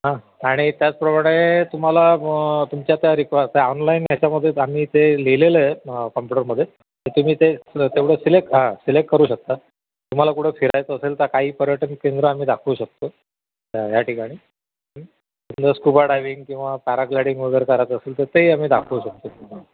हां आणि त्याचप्रमाणे तुम्हाला तुमच्या त्या रिक्वा ऑनलाईन ह्याच्यामध्ये आम्ही ते लिहिलेलं आहे कम्प्युटरमध्ये तर तुम्ही ते तेवढं सिलेक्ट हां सिलेक्ट करू शकता तुम्हाला कुठं फिरायचं असेल तर काही पर्यटन केंद्रं आम्ही दाखवू शकतो या ठिकाणी जर स्कूबा डायविंग किंवा पॅराग्लायडिंग वगैरे करायचं असेल तर ते आम्ही दाखवू शकतो